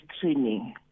training